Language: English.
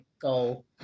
goal